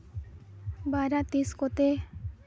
ᱵᱟᱨᱟ ᱛᱤᱥ ᱠᱚᱛᱮ